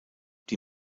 die